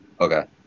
Okay